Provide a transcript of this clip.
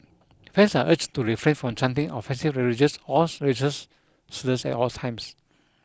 fans are urged to refrain from chanting offensive religious slurs at all times